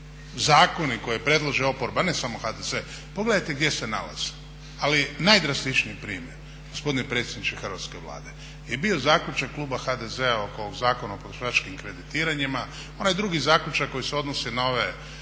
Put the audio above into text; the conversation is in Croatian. Zakoni koje predloži oporba, ne samo HDZ, pogledajte gdje se nalaze, ali najdrastičniji primjer. Gospodine predsjedniče Hrvatske Vlade i bio zaključak kluba HDZ-a oko Zakona o potrošačkim kreditiranjima, onaj drugi zaključak koji se odnosi na ove